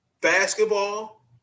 basketball